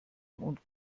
und